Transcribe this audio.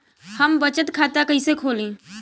हम बचत खाता कईसे खोली?